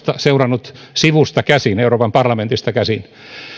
seurannut sivusta euroopan parlamentista käsin